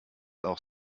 auch